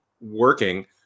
working